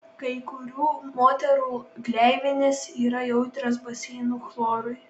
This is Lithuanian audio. kai kurių moterų gleivinės yra jautrios baseinų chlorui